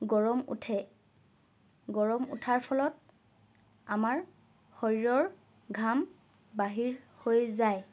গৰম উঠে গৰম উঠাৰ ফলত আমাৰ শৰীৰৰ ঘাম বাহিৰ হৈ যায়